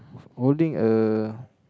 holding a